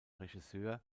regisseur